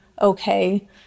okay